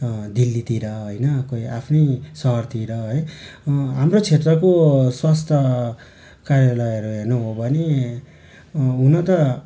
दिल्लीतिर होइन कोही आफ्नै सहरतिर है हाम्रो क्षेत्रको स्वस्थ कार्यालयहरू हेर्नु भयो भने हुनु त